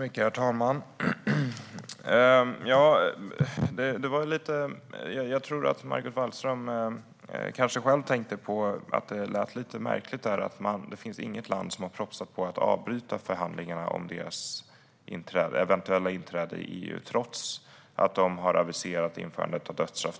Herr talman! Kanske tänkte Margot Wallström själv på att det låter lite märkligt att inget land har propsat på att avbryta förhandlingarna om Turkiets eventuella inträde i EU, trots att de har aviserat införandet av dödsstraff.